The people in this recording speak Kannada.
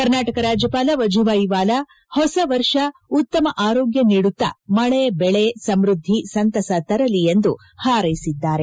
ಕರ್ನಾಟಕ ರಾಜ್ಯಪಾಲ ವಜೂಭಯಿ ವಾಲಾ ಹೊಸ ವರ್ಷ ಉತ್ತಮ ಆರೋಗ್ಯ ನೀಡುತ್ತಾ ಮಳೆ ಬೆಳೆ ಸಮೃದ್ದಿ ಸಂತಸ ತರಲಿ ಎಂದು ಹಾರ್ೈಸಿದ್ದಾರೆ